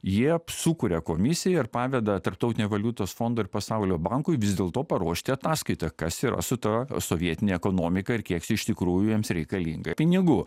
jie sukuria komisiją ir paveda tarptautinio valiutos fondo ir pasaulio bankui vis dėlto paruošti ataskaitą kas yra su ta sovietine ekonomika ir kiek iš tikrųjų jiems reikalinga pinigų